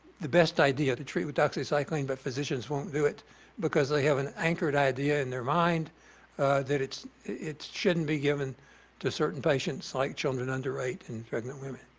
the best idea to treat with doxycycline. but physicians won't do it because they have an anchored idea in their mind that it's it shouldn't be given to certain patients like children underweight and pregnant women,